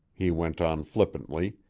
he went on flippantly,